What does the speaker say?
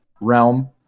realm